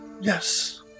Yes